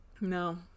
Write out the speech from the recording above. No